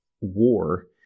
war